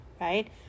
right